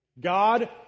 God